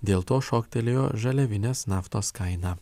dėl to šoktelėjo žaliavinės naftos kaina